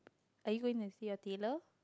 are you going to see a tailor